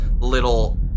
little